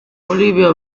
bolivia